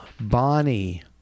Bonnie